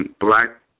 black